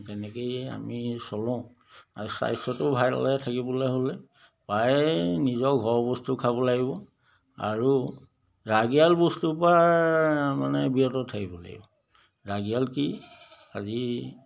তেনেকৈয়ে আমি চলোঁ আৰু স্বাস্থ্যটো ভালে থাকিবলৈ হ'লে প্ৰায়ে নিজৰ ঘৰৰ বস্তু খাব লাগিব আৰু ৰাগীয়াল বস্তুৰ পৰা মানে বিৰত থাকিব লাগিব ৰাগীয়াল কি আজি